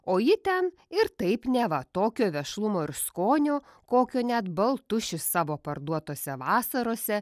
o ji ten ir taip neva tokio vešlumo ir skonio kokio net baltušis savo parduotose vasarose